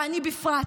ואני בפרט,